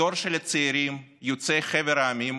הדור של הצעירים יוצאי חבר העמים,